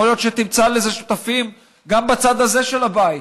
יכול להיות שתמצא לזה שותפים גם בצד הזה של הבית,